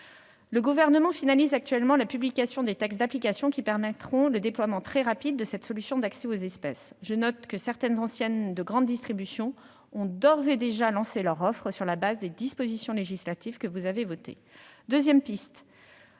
Le Gouvernement finalise actuellement la publication des textes d'application qui permettront le déploiement très rapide de cette solution d'accès aux espèces. Je note que certaines enseignes de la grande distribution ont d'ores et déjà lancé leur offre sur le fondement des dispositions législatives que vous avez votées. Il existe